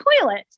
toilet